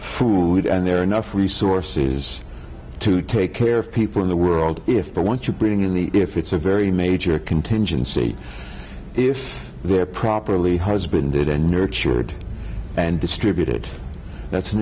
food and there are enough resources to take care of people in the world if they want to bring in the if it's a very major contingency if they're properly husbanded and nurtured and distributed that's an